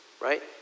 right